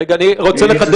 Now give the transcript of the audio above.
אני רוצה לחדד,